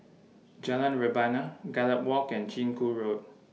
Jalan Rebana Gallop Walk and Chiku Road